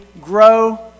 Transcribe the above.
grow